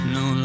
no